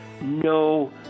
no